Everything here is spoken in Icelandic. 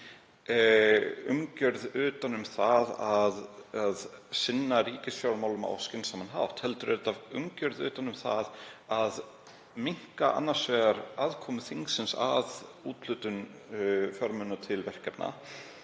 umgjörð utan um það að sinna ríkisfjármálunum á skynsamlegan hátt heldur eru þau umgjörð utan um það að minnka annars vegar aðkomu þingsins að úthlutun fjármuna til verkefna